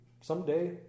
someday